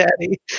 Daddy